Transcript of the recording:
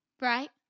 right